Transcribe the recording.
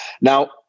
Now